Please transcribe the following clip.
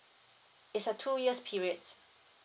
it's a two years periods